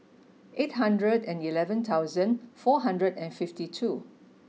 eight hundred and eleven thousand four hundred and fifty two